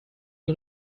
den